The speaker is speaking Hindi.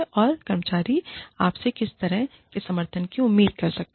और कर्मचारी आपसे किस तरह के समर्थन की उम्मीद कर सकता है